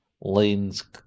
Lane's